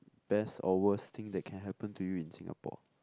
best or worst thing that can happen to you in Singapore